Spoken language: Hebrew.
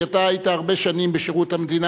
כי אתה היית הרבה שנים בשירות המדינה,